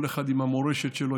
כל אחד עם המורשת שלו,